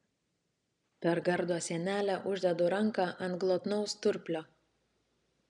per gardo sienelę uždedu ranką ant glotnaus sturplio